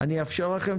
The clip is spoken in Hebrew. אני אאפשר לכם,